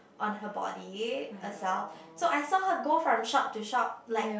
on her body herself so I saw her go from shop to shop like